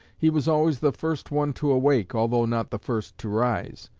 he was always the first one to awake, although not the first to rise.